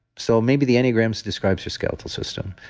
so maybe the enneagrams describes your skeletal system.